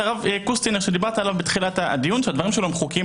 הרב שדיברת עליו בתחילת הדיון שהדברים שלו חוקיים